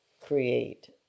create